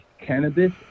cannabis